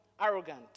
arrogant